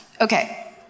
Okay